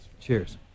cheers